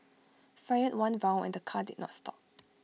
fired one round and the car did not stop